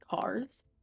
cars